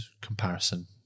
comparison